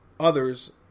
others